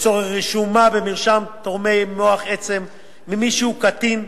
לצורך רישומה במרשם תורמי מוח עצם ממי שהוא קטין,